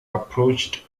approached